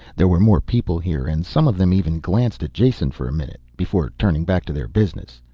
there were more people here and some of them even glanced at jason for a minute, before turning back to their business.